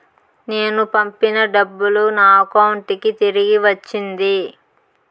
నేను పంపిన డబ్బులు నా అకౌంటు కి తిరిగి వచ్చింది